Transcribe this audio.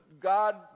God